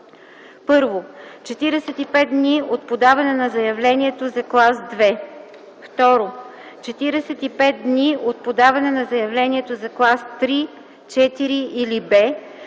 1. 45 дни от подаване на заявлението за клас 2; 2. 45 дни от подаване на заявлението по клас 3, 4 или Б,